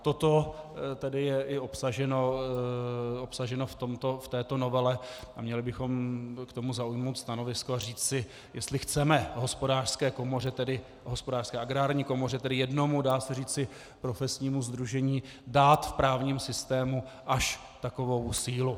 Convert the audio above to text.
Toto tedy je i obsaženo v této novele a měli bychom k tomu zaujmout stanovisko a říci, jestli chceme Hospodářské komoře, tedy Hospodářské, Agrární komoře, tedy jednomu, dá se říci, profesnímu sdružení dát v právním systému až takovou sílu.